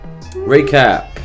recap